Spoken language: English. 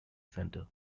centre